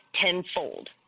tenfold